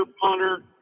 punter